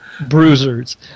bruisers